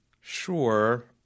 Sure